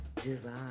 divine